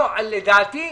לדעתי,